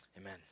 amen